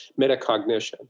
metacognition